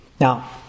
Now